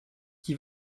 qui